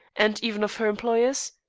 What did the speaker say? and even of her employers?